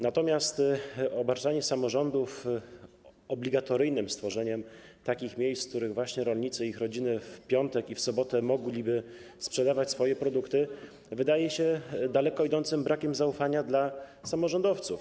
Natomiast obarczanie samorządów obligatoryjnym tworzeniem takich miejsc, w których właśnie rolnicy i ich rodziny w piątek i w sobotę mogliby sprzedawać swoje produkty, jest, wydaje się, przejawem daleko idącego braku zaufania do samorządowców.